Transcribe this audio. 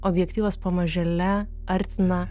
objektyvas pamažėle artina